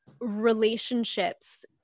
relationships